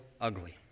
ugly